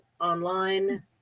online